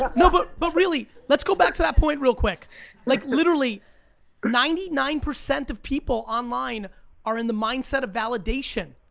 but no but but really, let's go back to that point real quick like literally ninety nine percent of people online are in the mindset of validation.